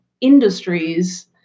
industries